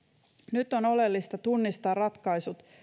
nyt on oleellista tunnistaa ratkaisut